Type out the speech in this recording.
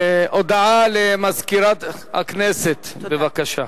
הודעה למזכירת הכנסת, בבקשה.